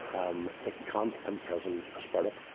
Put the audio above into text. um they can't imprison a spirit.